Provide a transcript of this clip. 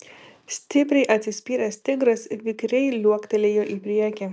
stipriai atsispyręs tigras vikriai liuoktelėjo į priekį